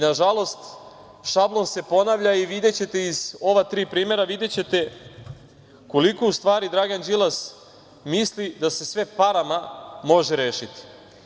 Na žalost, šablon se ponavlja i videćete iz ova tri primera, koliko u stvari Dragan Đilas misli da se sve parama može rešiti.